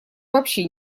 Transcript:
вообще